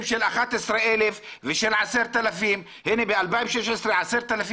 של 11,000 ושל 10,000. ב-2016 10,000,